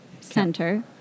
Center